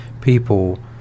people